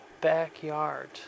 backyard